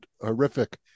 horrific